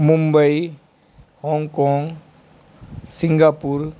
Mumbai Hong Kong Singapore